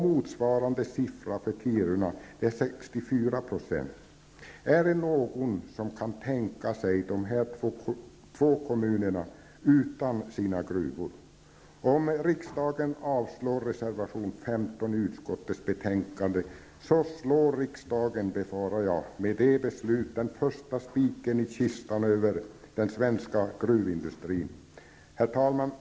Motsvarande siffra för Kiruna är 64 %. Är det någon som kan tänka sig dessa två kommuner utan gruvor? Om riksdagen avslår reservation 15 i utskottets betänkande, befarar jag att riksdagen slår den första spiken i kistan för den svenska gruvindustrin. Herr talman!